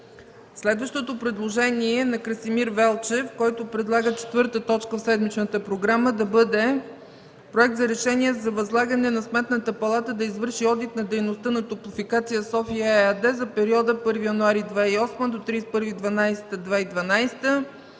Следващото предложение е на Красимир Велчев, който предлага четвърта точка в седмичната програма да бъде Проект за решение за възлагане на Сметната палата да извърши одит на дейността на „Топлофикация – София” ЕАД за периода 1 януари 2008 – 31